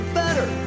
better